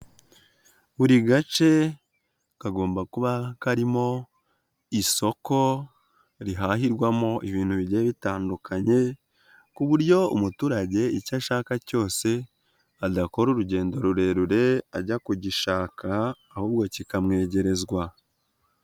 Buri gace kagomba kuba karimo isoko rihahirwamo ibintu bigiye bitandukanye, ku buryo umuturage icyo ashaka cyose adakora urugendo rurerure ajya kugishaka ahubwo kikamwegerezwa.